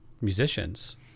musicians